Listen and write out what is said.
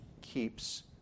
keeps